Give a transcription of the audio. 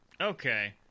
Okay